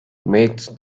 maketh